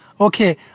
Okay